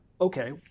okay